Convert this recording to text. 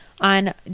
on